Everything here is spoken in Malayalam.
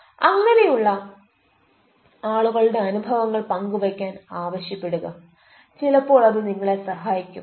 അങ്ങനെയുള്ള ആളുകളുടെ അനുഭവങ്ങൾ പങ്കുവെക്കാൻ ആവശ്യപ്പെടുക ചിലപ്പോൾ അത് നിങ്ങളെ സഹായിക്കും